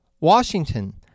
Washington